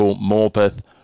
Morpeth